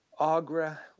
Agra